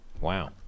wow